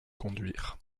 conduire